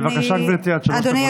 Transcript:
בבקשה, גברתי, עד שלוש דקות לרשותך.